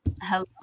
hello